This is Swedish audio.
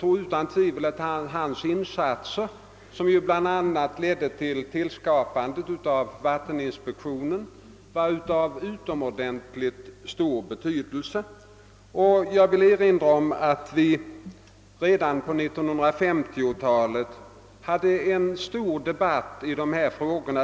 Otvivelaktigt var hans insatser, som ju bl.a. ledde till tillskapandet av vatteninspektionen, av utomordentligt stor betydelse. Jag vill erinra om att vi redan på början av 1950-talet hade en stor debatt i dessa frågor.